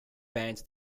bands